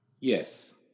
Yes